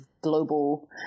global